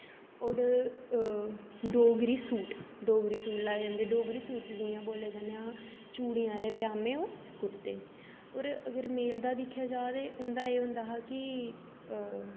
होर Dogri suit Dogri suit लाए जंदे डोगरी सूट च जि'यां बोले जन्ने आं चुड़ियें आह्ले पजामे होर कुर्ते होर अगर मेल दा दिक्खेआ जा ते उं'दा एह् होंदा हा कि